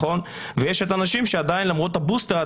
ויש את האנשים שעדיין למרות הבוסטר,